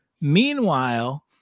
Meanwhile